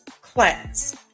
class